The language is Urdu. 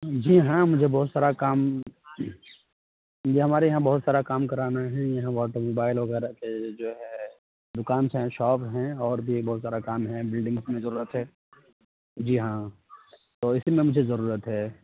جی ہاں مجھے بہت سارا کام جی ہمارے یہاں بہت سارا کام کرانا ہے یہاں آٹو موبائل وغیرہ کے جو ہے دکان ہیں شاپ ہیں اور بھی بہت سارا کام ہے بلڈنگس میں ضرورت ہے جی ہاں تو اِسی میں مجھے ضرورت ہے